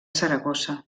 saragossa